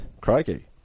Crikey